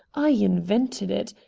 i invented it.